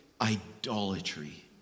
idolatry